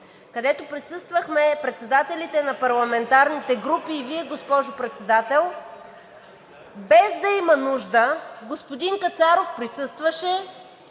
където присъствахме председателите на парламентарните групи и Вие, госпожо Председател, без да има нужда, господин Кацаров присъстваше